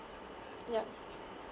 yup